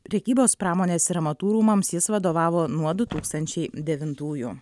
prekybos pramonės ir amatų rūmams jis vadovavo nuo du tūkstančiai devintųjų